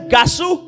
Gasu